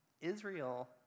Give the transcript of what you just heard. Israel